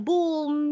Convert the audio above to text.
Boom